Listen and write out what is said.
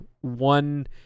one